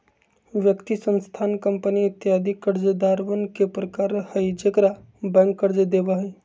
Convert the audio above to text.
व्यक्ति, संस्थान, कंपनी इत्यादि कर्जदारवन के प्रकार हई जेकरा बैंक कर्ज देवा हई